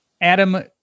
Adam